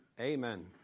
Amen